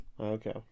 Okay